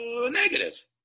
negative